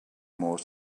more